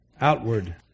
outward